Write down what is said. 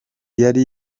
yari